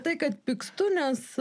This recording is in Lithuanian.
tai kad pykstu nes